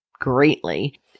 greatly